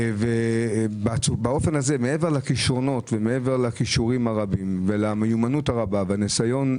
מעבר לכישרונות ומעבר לכישורים הרבים ולמיומנות הרבה ולניסיון הרב,